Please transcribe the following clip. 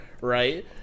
right